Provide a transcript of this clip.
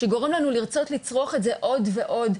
שגורם לנו לרצות לצרוך את זה עוד ועוד,